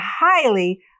highly